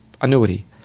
annuity